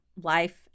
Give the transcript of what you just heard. life